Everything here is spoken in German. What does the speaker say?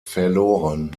verloren